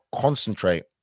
concentrate